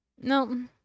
No